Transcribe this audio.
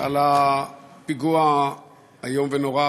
על הפיגוע האיום ונורא,